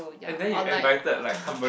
or like